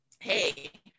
hey